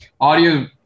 audio